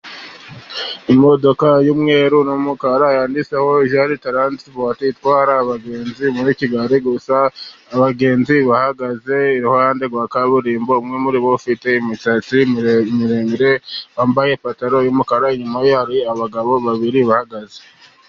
Imodoka y'umweru n'umukara yanditseho Jali taransipoti, itwara abagenzi muri kigali gusa. Abagenzi bahagaze iruhande rwa kaburimbo, umwe muri bo ufite imishatsi mireremire wambaye ipantaro y'umukara, inyuma ye hari abagabo babiri bahagaze.